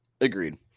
Agreed